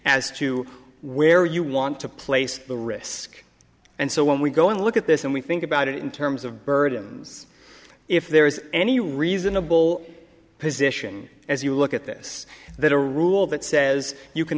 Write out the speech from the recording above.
as to where you want to place the risk and so when we go and look at this and we think about it in terms of burden if there is any reasonable position as you look at this that a rule that says you can